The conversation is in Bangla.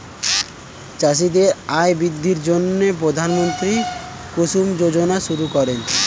চাষীদের আয় বৃদ্ধির জন্য প্রধানমন্ত্রী কুসুম যোজনা শুরু করেন